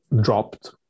dropped